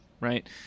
right